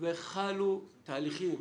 וחלו תהליכים.